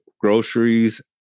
groceries